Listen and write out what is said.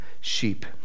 sheep